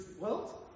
world